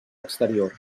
exterior